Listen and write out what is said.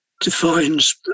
defines